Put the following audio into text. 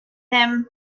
him